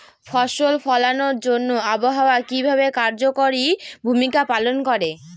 ফসল ফলানোর জন্য আবহাওয়া কিভাবে কার্যকরী ভূমিকা পালন করে?